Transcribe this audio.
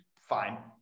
fine